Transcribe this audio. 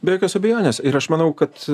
be jokios abejonės ir aš manau kad